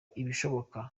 ibishoboka